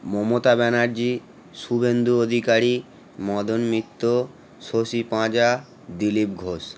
Mamata Banerjee Suvendu Adhikari Madan Mitra Shashi Panja Dilip Ghosh